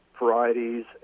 varieties